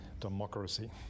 Democracy